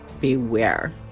beware